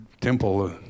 Temple